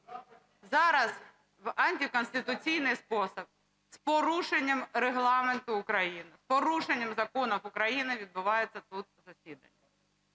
зараз в антиконституційний спосіб з порушенням Регламенту України, порушенням законів України відбувається тут засідання.